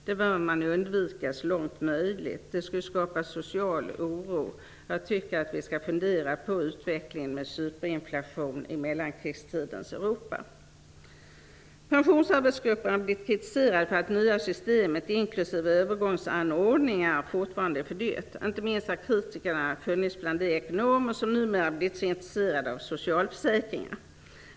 Det bör man undvika så långt möjligt, eftersom det skulle skapa social oro. Jag tycker att vi bör fundera över utvecklingen med superinflation i mellankrigstidens Europa. Pensionsarbetsgruppen har kritiserats för att det nya systemet inklusive övergångsanordningar fortfarande är för dyrt. Inte minst har kritikerna funnits bland de ekonomer som numera har blivit så intresserade av socialförsäkringsfrågor.